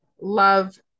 love